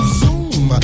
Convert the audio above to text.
zoom